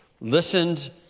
listened